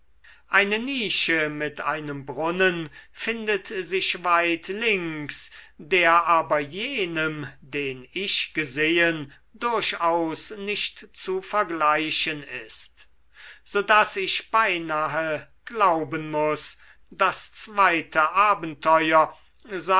eine nische mit einem brunnen findet sich weit links der aber jenem den ich gesehen durchaus nicht zu vergleichen ist so daß ich beinahe glauben muß das zweite abenteuer